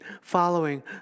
following